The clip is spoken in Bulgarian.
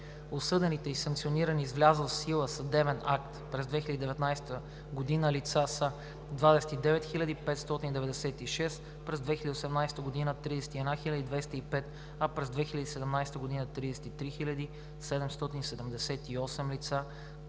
Осъдените и санкционирани с влязъл в сила съдебен акт през 2019 г. лица са 29 596, през 2018 г. – 31 205, а през 2017 г. – 33 778 лица,